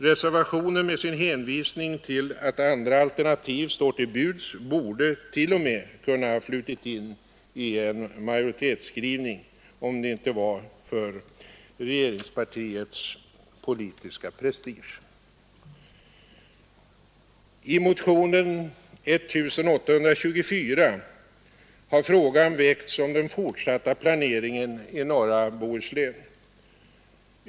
Reservationen med sin hänvisning till att andra alternativ står till buds borde t.o.m. kunna ha flutit in i en majoritetsskrivning om det inte var för regeringspartiets politiska prestige. I motionen 1824 har frågan väckts om den fortsatta planeringen i norra Bohuslän.